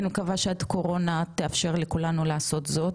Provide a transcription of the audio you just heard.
אני מקווה שהקורונה תאפשר לכולנו לעשות זאת,